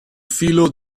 filo